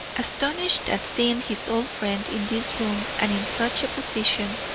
astonished at seeing his old friend in this room and in such a position,